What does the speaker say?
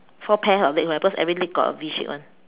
four pair of legs ah cause every leg got a V shape [one]